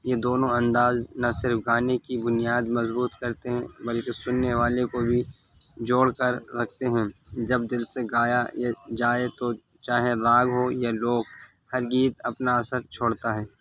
یہ دونوں انداز نہ صرف گانے کی بنیاد مضبوط کرتے ہیں بلکہ سننے والے کو بھی جوڑ کر رکھتے ہیں جب دل سے گایا یا جائے تو چاہیں راگ ہو یا لوگ ہر گیت اپنا اثر چھوڑتا ہے